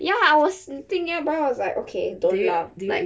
ya I was sitting nearby I was like okay don't laugh like